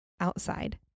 outside